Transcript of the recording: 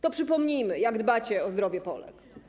To przypomnijmy, jak dbacie o zdrowie Polek.